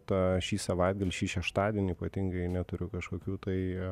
ta šį savaitgalį šį šeštadienį ypatingai neturiu kažkokių tai